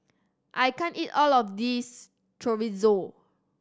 I can't eat all of this Chorizo